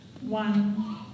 One